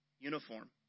uniform